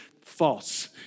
false